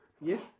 Yes